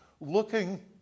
looking